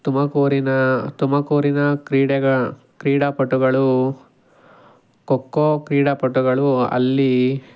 ತುಮಕೂರಿನ ತುಮಕೂರಿನ ಕ್ರೀಡೆಗಳ ಕ್ರೀಡಾ ಪಟುಗಳು ಖೋ ಖೋ ಕ್ರೀಡಾಪಟುಗಳು ಅಲ್ಲಿ